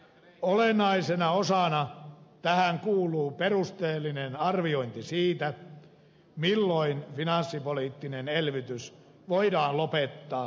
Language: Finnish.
olennaisena osana tähän kuuluu perusteellinen arviointi siitä milloin finanssipoliittinen elvytys voidaan lopettaa talouskasvua vaarantamatta